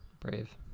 Brave